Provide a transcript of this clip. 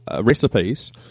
recipes